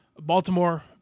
Baltimore